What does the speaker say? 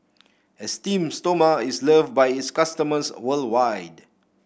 Esteem Stoma is loved by its customers worldwide